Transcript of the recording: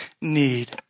need